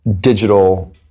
digital